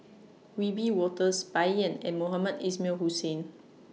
Wiebe Wolters Bai Yan and Mohamed Ismail Hussain